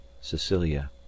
Cecilia